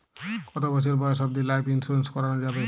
কতো বছর বয়স অব্দি লাইফ ইন্সুরেন্স করানো যাবে?